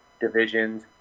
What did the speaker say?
divisions